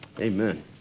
Amen